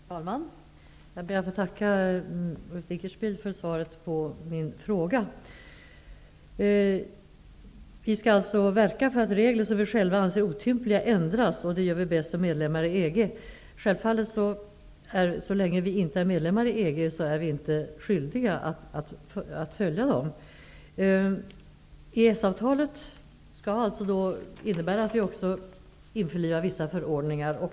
Herr talman! Jag ber att få tacka Ulf Dinkelspiel för svaret på min fråga. Vi skall alltså verka för att regler som vi själva anser otympliga ändras, och det gör vi bäst i egenskap av medlemmar i EG. Självfallet är vi inte, så länge vi inte är medlemmar i EG, skyldiga att följa EG:s regler. EES-avtalet innebär alltså att vi införlivar vissa förordningar.